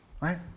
right